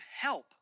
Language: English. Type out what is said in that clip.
help